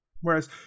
whereas